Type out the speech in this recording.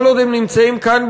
כל עוד הם נמצאים כאן,